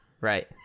right